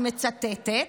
אני מצטטת: